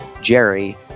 Jerry